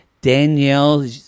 Danielle